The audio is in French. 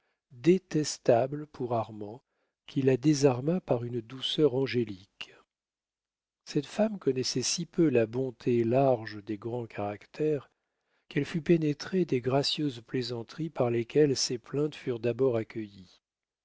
détestable pour armand qui la désarma par une douceur angélique cette femme connaissait si peu la bonté large des grands caractères qu'elle fut pénétrée des gracieuses plaisanteries par lesquelles ses plaintes furent d'abord accueillies